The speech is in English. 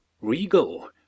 Regal